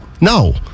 no